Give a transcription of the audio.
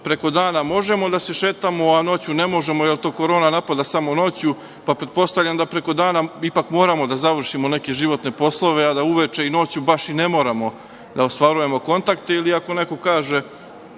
preko dana možemo da se šetamo, a noću ne možemo, jel to korona napada samo noću. Pretpostavljam da ipak preko dana moramo da završimo neke životne poslove, a da uveče i noću ne moramo da ostvarujemo kontakte. Ili, ako neko kaže